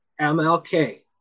MLK